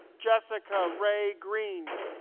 jessica rae green